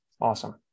awesome